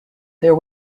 there